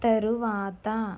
తరువాత